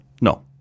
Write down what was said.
No